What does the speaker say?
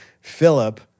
Philip